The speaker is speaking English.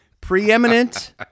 Preeminent